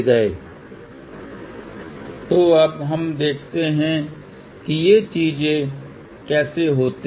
इसलिए याद रखें कि जब भी हम जोड़ना चाहते हैं तो इसे अलग करना होगा